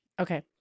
Okay